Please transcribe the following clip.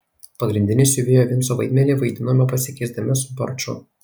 pagrindinį siuvėjo vinco vaidmenį vaidinome pasikeisdami su barču